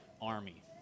army